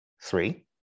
Three